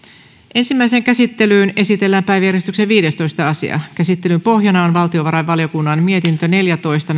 ensimmäiseen käsittelyyn esitellään päiväjärjestyksen viidestoista asia käsittelyn pohjana on valtiovarainvaliokunnan mietintö neljätoista